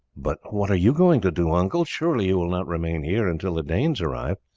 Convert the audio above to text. but what are you going to do, uncle? surely you will not remain here until the danes arrive,